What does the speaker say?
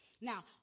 Now